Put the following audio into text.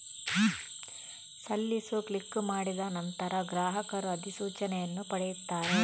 ಸಲ್ಲಿಸು ಕ್ಲಿಕ್ ಮಾಡಿದ ನಂತರ, ಗ್ರಾಹಕರು ಅಧಿಸೂಚನೆಯನ್ನು ಪಡೆಯುತ್ತಾರೆ